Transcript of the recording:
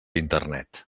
internet